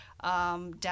Down